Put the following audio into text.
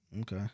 Okay